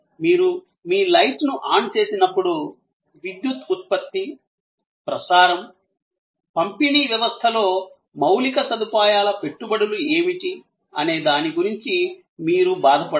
మీరు మీ లైట్ ను ఆన్ చేసినప్పుడు విద్యుత్ ఉత్పత్తి ప్రసారం పంపిణీ వ్యవస్థలో మౌలిక సదుపాయాల పెట్టుబడులు ఏమిటి అనే దాని గురించి మీరు బాధపడరు